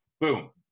Boom